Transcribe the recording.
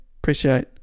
appreciate